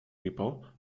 people